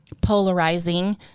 polarizing